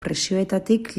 presioetatik